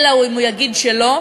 אלא אם כן הוא יגיד שלא,